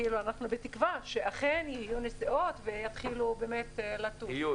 כאילו שאנחנו בתקווה שאכן שיהיו נסיעות ויתחילו באמת לטוס -- יהיו,